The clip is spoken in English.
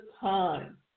time